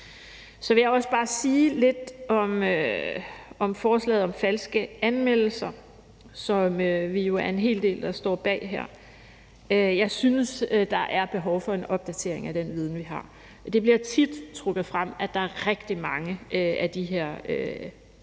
Så vil jeg også bare sige lidt om forslaget om falske anmeldelser, som vi er jo er en hel del her, der står bag. Jeg synes, at der er behov for en opdatering af den viden, vi har. Det bliver tit trukket frem, at der er rigtig mange af de her falske anmeldelser,